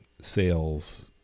sales